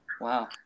wow